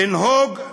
לנהוג,